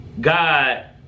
god